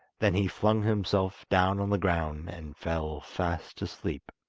then he flung himself down on the ground and fell fast asleep.